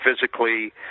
physically